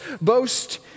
boast